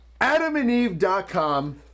Adamandeve.com